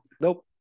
Nope